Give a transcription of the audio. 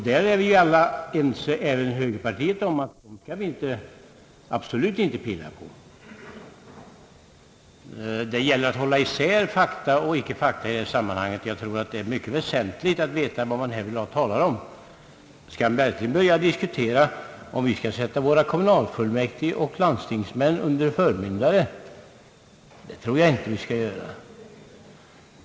Där är vi alla ense, även högerpartiet, om att dem skall vi inte peta på. Det gäller att hålla isär fakta och icke fakta i detta sammanhang. Jag tror att det är mycket väsentligt att veta vad man härvidlag talar om. Skall vi verkligen börja diskutera om vi skall sätta våra kommunalfullmäktige och våra landstingsmän under förmyndare? Det tror jag inte vi skall göra.